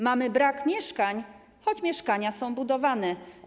Mamy brak mieszkań, choć mieszkania są budowane.